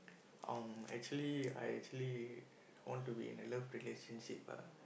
um actually I actually want to be in a love relationship ah